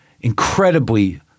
incredibly